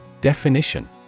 Definition